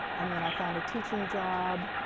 and then i found a teaching job.